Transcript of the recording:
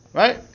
right